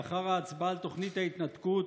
לאחר ההצבעה על תוכנית ההתנתקות,